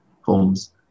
homes